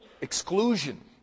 exclusion